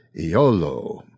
Iolo